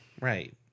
right